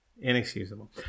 Inexcusable